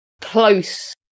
close